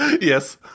Yes